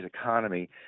economy